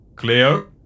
Cleo